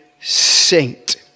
saint